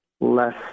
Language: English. less